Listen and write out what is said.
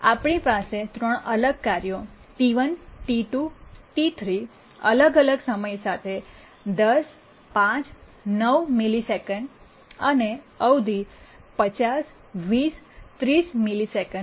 આપણી પાસે ત્રણ અલગ કાર્યો T1 T one T2 T two T3 T three અલગ અમલ સમય સાથે 10 5 9 ms મિલિસેકન્ડ અને અવધિ 50 20 30 ms મિલિસેકન્ડ